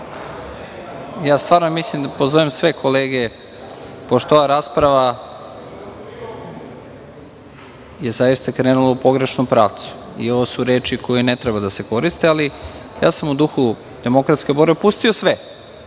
Stvarno mislim da pozovem sve kolege, pošto je ova rasprava zaista krenula u pogrešnom pravcu i ovo su reči koje ne treba da se koriste, ali ja sam u duhu demokratske borbe pustio sve